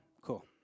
Cool